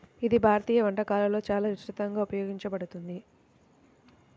ఇది భారతీయ వంటకాలలో చాలా విస్తృతంగా ఉపయోగించబడుతుంది